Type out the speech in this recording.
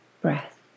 breath